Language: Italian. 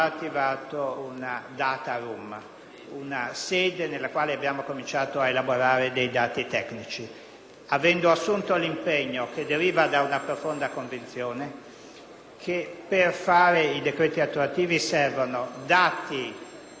una sede nella quale abbiamo iniziato ad elaborare dati tecnici, avendo assunto l'impegno che deriva dalla profonda convinzione che per realizzare i decreti attuativi servono dati omogenei,